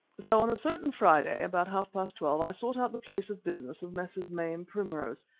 so on a certain friday, about half-past twelve, i sought out the place of business of messrs. may and primrose,